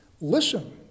Listen